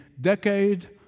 decade